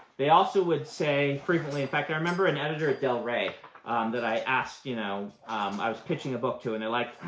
they also would say frequently, in fact, i remember an editor at del ray that i asked, you know i was pitching a book to, and they're like,